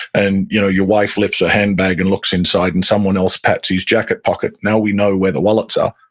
and you know your wife lifts her handbag and looks inside, and someone else pats his jacket pocket, now we know where the wallets are,